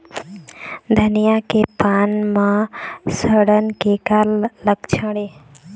धनिया के पान म सड़न के का लक्षण ये?